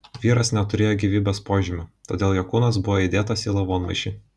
vyras neturėjo gyvybės požymių todėl jo kūnas buvo įdėtas į lavonmaišį